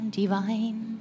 divine